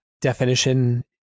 definition